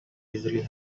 usually